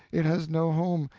it has no home,